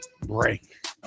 break